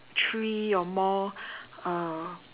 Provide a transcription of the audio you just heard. three or more uh